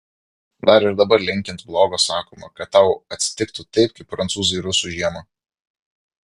dar ir dabar linkint blogo sakoma kad tau atsitiktų taip kaip prancūzui rusų žiemą